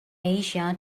asia